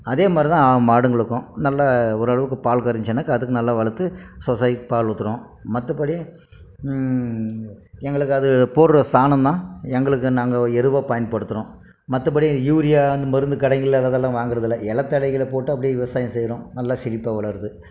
அதே மாதிரி தான் மாடுங்களுக்கும் நல்ல ஓரளவுக்கு பால் கறந்துச்சுன்னாக்கா அதுக்கு நல்லா வளர்த்து சொசைட் பால் ஊத்துறோம் மற்றபடி எங்களுக்கு அது போடற சாணம் தான் எங்களுக்கு நாங்கள் எருவாக பயன்படுத்துகிறோம் மற்றபடி யூரியா அந்த மருந்து கடைங்களில் அதெல்லா வாங்கறதில்ல எலை தழைகளை போட்டு அப்படியே விவசாயம் செய்கிறோம் நல்லா செழிப்பாக வளருது